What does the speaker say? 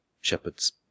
shepherd's